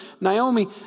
Naomi